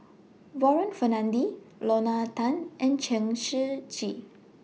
Warren Fernandez Lorna Tan and Chen Shiji